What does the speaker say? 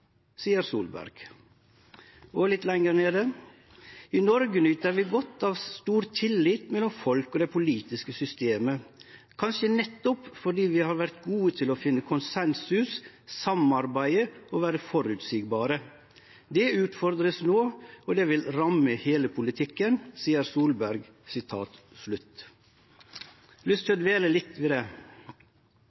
seier Solberg. Og litt lenger nede: I «Norge nyter vi godt av stor tillit mellom folk og det politiske systemet, kanskje nettopp fordi vi har vært god til å finne konsensus, samarbeide og være forutsigbare. Det utfordres nå og det vil ramme hele politikken.» Det seier Solberg. Eg har lyst til å dvele litt ved